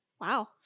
Wow